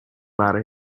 waren